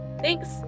thanks